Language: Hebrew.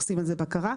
עושים על זה בקרה.